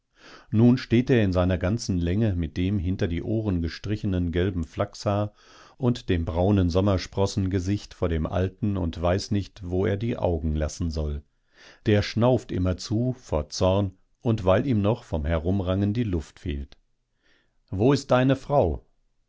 nun steht er in seiner ganzen länge mit dem hinter die ohren gestrichenen gelben flachshaar und dem braunen sommersprossengesicht vor dem alten und weiß nicht wo er die augen lassen soll der schnauft immerzu vor zorn und weil ihm noch vom herumrangen die luft fehlt wo ist deine frau